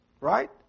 Right